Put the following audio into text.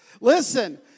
Listen